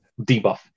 debuff